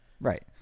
right